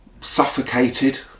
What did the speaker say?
suffocated